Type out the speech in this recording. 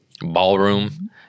Ballroom